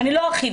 אני לא ארחיב.